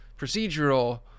procedural